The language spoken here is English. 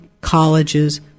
colleges